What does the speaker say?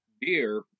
beer